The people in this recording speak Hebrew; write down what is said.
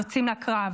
יוצאים לקרב.